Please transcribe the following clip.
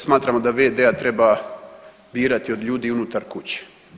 Smatramo da v.d.-a treba birati od ljudi unutar kuće.